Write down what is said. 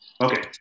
Okay